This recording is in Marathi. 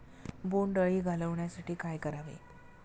बोंडअळी घालवण्यासाठी काय करावे?